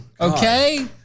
Okay